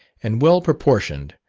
and well proportioned,